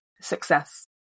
success